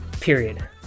Period